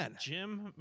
Jim